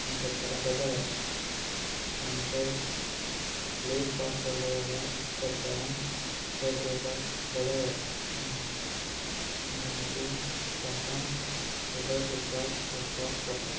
आनी शेतकारांक बेजार जाता आनी जर लेट पावस पडलो जाल्यार शेतकारांक शेत रोवपाक बेजार जाता आनी मागीर तांकां उदक सोदपाक वचपाक पडटा